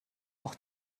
noch